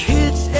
Kids